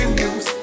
news